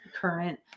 current